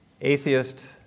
Atheist